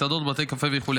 מסעדות, בתי קפה וכו'.